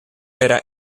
era